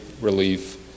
relief